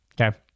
Okay